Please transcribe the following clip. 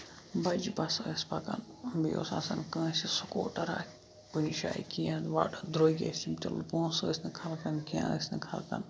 بَجہِ بَسہٕ آسہٕ پَکان بیٚیہِ اوس آسان کٲنسہِ سٔکوٗٹرا کُنہِ جایہِ دروٚگۍ ٲسۍ تِم تِلہٕ پوٛنسہٕ ٲسۍ نہٕ خَلقن کیٚنہہ ٲسۍ نہٕ خلقن